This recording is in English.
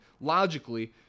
logically